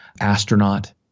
astronaut